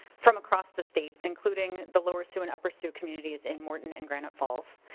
from across the state including the lower sioux and upper sioux committees in moreton and granite falls.